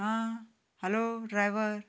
आं hello driver